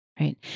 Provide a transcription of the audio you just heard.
Right